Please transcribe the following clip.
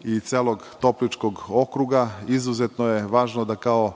i celog Topličkog okruga, izuzetno je važno da, kao